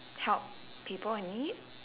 help people in need